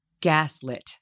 gaslit